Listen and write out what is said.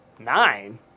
Nine